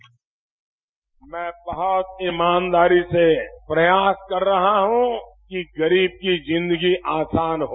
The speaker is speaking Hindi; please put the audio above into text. बाइट मैं बहुत ईमानदारी से प्रयास कर रहा हूं कि गरीब की जिंदगी आसान हो